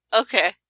Okay